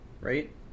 right